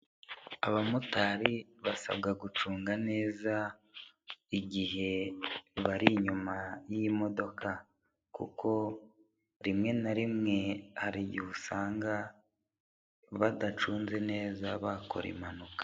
Abamotari basabwa gucunga neza igihe bari inyuma y'imodoka kuko rimwe na rimwe hari igihe usanga badacunze neza bakora impanuka.